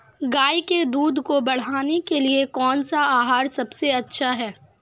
गाय के दूध को बढ़ाने के लिए कौनसा आहार सबसे अच्छा है?